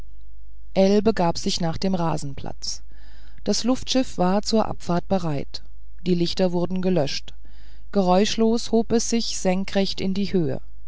begab sich nach dem rasenplatz das luftschiff war zur abfahrt bereit die lichter wurden gelöscht geräuschlos hob es sich senkrecht in die höhe